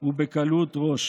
ובקלות ראש.